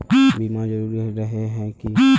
बीमा जरूरी रहे है की?